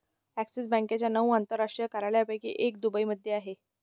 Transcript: axis बँकेच्या नऊ आंतरराष्ट्रीय कार्यालयांपैकी एक दुबईमध्ये आहे